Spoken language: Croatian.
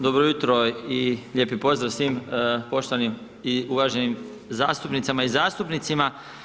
Dobro jutro i lijepi pozdrav svim poštovanim i uvaženim zastupnicama i zastupnicima.